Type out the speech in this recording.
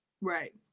right